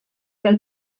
fel